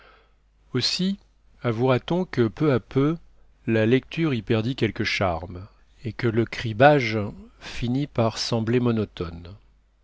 aussi avouera t on que peu à peu la lecture y perdit quelque charme et que le cribbage finit par sembler monotone